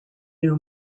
new